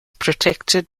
protected